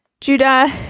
Judah